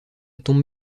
tombe